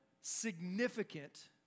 significant